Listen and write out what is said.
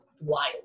wild